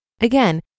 Again